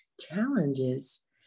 challenges